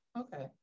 Okay